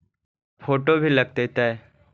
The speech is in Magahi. फोटो भी लग तै?